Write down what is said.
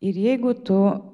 ir jeigu tu